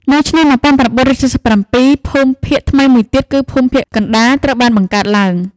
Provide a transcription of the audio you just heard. នៅឆ្នាំ១៩៧៧ ភូមិភាគថ្មីមួយទៀត គឺភូមិភាគកណ្តាលត្រូវបានបង្កើតឡើង។